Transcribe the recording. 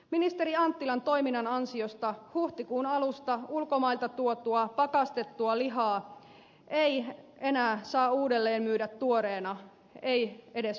ministeri anttilan toiminnan ansiosta huhtikuun alusta ulkomailta tuotua pakastettua lihaa ei enää saa uudelleen myydä tuoreena ei edes marinoituna